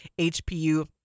HPU